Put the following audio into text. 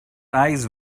eyes